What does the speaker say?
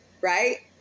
right